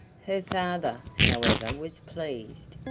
her father, however, was pleased,